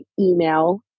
email